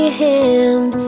hand